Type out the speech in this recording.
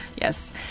Yes